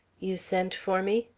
you sent for me,